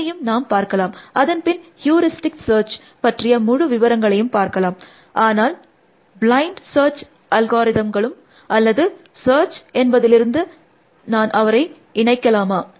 அதையும் நாம் பார்க்கலாம் அதன் பின் ஹியூரிஸ்டிக் சர்ச் பற்றிய முழு விபரங்களையும் பார்க்கலாம் ஆனால் பிளைண்ட் சர்ச் அல்காரிதம்களும் அல்லது சர்ச் என்பதிலிருந்து அதாவது நான் அவரை இணைக்கலாமா